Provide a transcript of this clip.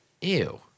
Ew